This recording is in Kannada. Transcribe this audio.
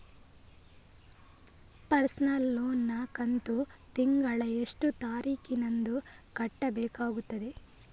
ಪರ್ಸನಲ್ ಲೋನ್ ನ ಕಂತು ತಿಂಗಳ ಎಷ್ಟೇ ತಾರೀಕಿನಂದು ಕಟ್ಟಬೇಕಾಗುತ್ತದೆ?